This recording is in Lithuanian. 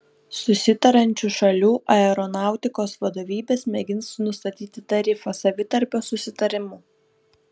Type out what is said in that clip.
susitariančių šalių aeronautikos vadovybės mėgins nustatyti tarifą savitarpio susitarimu